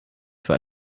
für